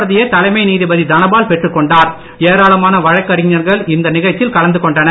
பிரதியை தலைமை நீதிபதி தனபால் பெற்றுக்கொண்டார் வழக்கறிஞர்கள்இந்நிகழ்ச்சியில் கலந்து கொண்டனர்